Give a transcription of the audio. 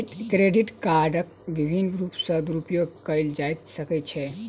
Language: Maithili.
क्रेडिट कार्डक विभिन्न रूप सॅ दुरूपयोग कयल जा सकै छै